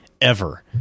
Ever